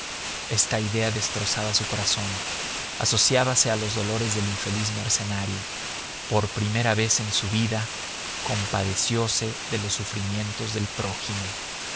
esta idea destrozaba su corazón asociábase a los dolores del infeliz mercenario por primera vez en su vida compadeciose de los sufrimientos del prójimo